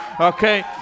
okay